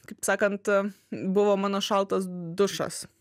kaip sakant buvo mano šaltas dušas